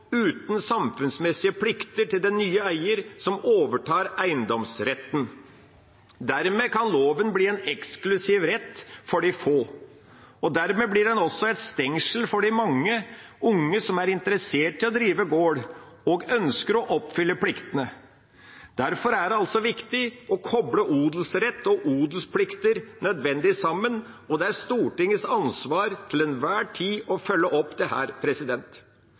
uten samfunnsmessige plikter for den nye eieren som overtar eiendomsretten. Dermed kan loven bli en eksklusiv rett for de få, og dermed blir den også et stengsel for de mange unge som er interessert i å drive gård og ønsker å oppfylle pliktene. Derfor er det viktig å koble odelsrett og odelsplikter nødvendig sammen, og det er Stortingets ansvar til enhver tid å følge opp